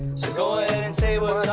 go ahead and say what's